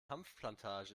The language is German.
hanfplantage